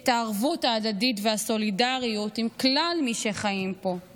את הערבות ההדדית והסולידריות עם כלל מי שחיים פה,